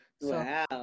Wow